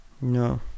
No